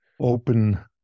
open